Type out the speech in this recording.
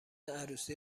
عروسی